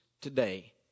today